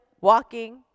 walking